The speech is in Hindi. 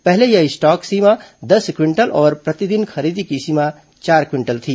पहले यह स्टॉक सीमा दस क्विंटल और प्रतिदिन खरीदी की सीमा चार क्विंटल थी